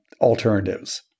alternatives